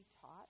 taught